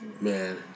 Man